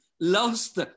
lost